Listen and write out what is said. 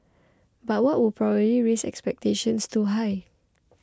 but that would probably raise expectations too high